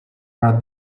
are